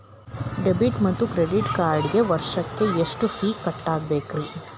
Debit ಮತ್ತು credit ಕಾರ್ಡ್ಗೆ ವರ್ಷಕ್ಕ ಎಷ್ಟ ಫೇ ಕಟ್ಟಬೇಕ್ರಿ?